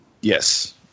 Yes